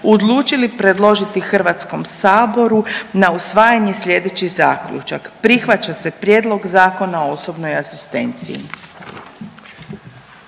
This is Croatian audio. odlučili predložiti HS-u na usvajanje sljedeći zaključak: Prihvaća se prijedlog Zakona o osobnoj asistenciji.